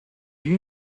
you